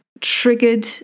triggered